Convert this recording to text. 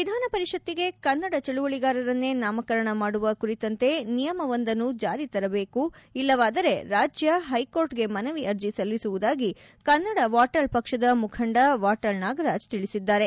ವಿಧಾನ ಪರಿಷತ್ತಿಗೆ ಕನ್ನಡ ಚಳುವಳಿಗಾರರನ್ನೇ ನಾಮಕರಣ ಮಾಡುವ ಕುರಿತಂತೆ ನಿಯಮವೊಂದನ್ನು ಜಾರಿ ತರದೇಕು ಇಲ್ಲವಾದರೆ ರಾಜ್ಯ ಹೈಕೋರ್ಟ್ಗೆ ಮನವಿ ಅರ್ಜಿ ಸಲ್ಲಿಸುವುದಾಗಿ ಕನ್ನಡ ವಾಟಾಳ್ ಪಕ್ಷದ ಮುಖಂಡ ವಾಟಾಳ್ ನಾಗರಾಜ್ ತಿಳಿಸಿದ್ದಾರೆ